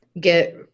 get